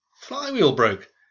Flywheel-broke